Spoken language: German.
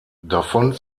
davon